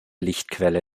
lichtquelle